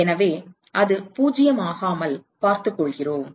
எனவே அது பூஜ்ஜியமாகாமல் பார்த்துக்கொள்கிறோம்